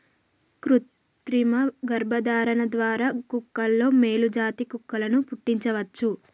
కృతిమ గర్భధారణ ద్వారా కుక్కలలో మేలు జాతి కుక్కలను పుట్టించవచ్చు